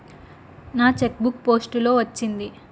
నా cheque book post లో వచ్చింది